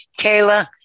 Kayla